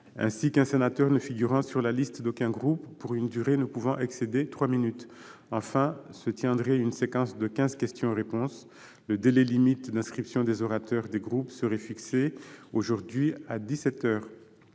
ainsi qu'à un sénateur ne figurant sur la liste d'aucun groupe pour une durée ne pouvant excéder trois minutes ; enfin, se tiendrait une séquence de quinze questions-réponses. Le délai limite d'inscription des orateurs des groupes serait fixé à, aujourd'hui, dix-sept heures.